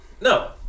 No